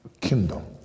Kingdom